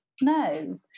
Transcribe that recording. no